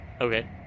Okay